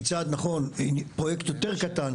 נכון, פרויקט קטן יותר.